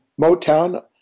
Motown